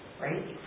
right